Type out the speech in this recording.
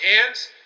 hands